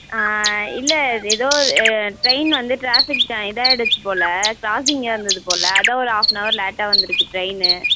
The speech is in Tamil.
இல்லை எதோ டிரெயின் வந்து டிராஃபிக் ஜா இதாயிடுச்சு போல் கிராஸிங்காக இருந்தது போல் அதான் ஒரு ஹாஃப் அண்ட் ஹவர் லேட்டாக வந்துயிருக்கு டிரெயின்னு